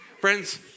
Friends